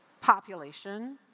population